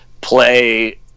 play